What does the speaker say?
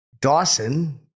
Dawson